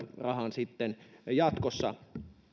sitten jatkossa